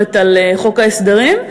בתקשורת על חוק ההסדרים,